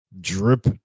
drip